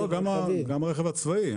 גם הרכב הצבאי.